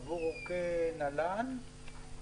עורקי נל"ן,